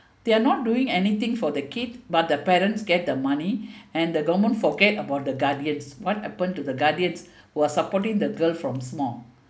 they are not doing anything for the kid but the parents get the money and the government forget about the guardians what happen to the guardians who are supporting the girl from small